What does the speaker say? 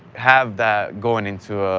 have that going into